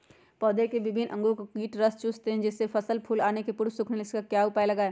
पौधे के विभिन्न अंगों से कीट रस चूसते हैं जिससे फसल फूल आने के पूर्व सूखने लगती है इसका क्या उपाय लगाएं?